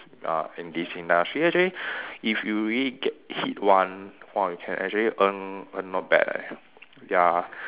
uh in this industry actually if you really get hit one !wah! you can actually earn earn not bad leh ya